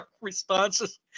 responses